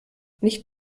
nicht